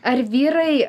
ar vyrai